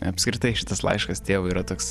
apskritai šitas laiškas tėvui yra toks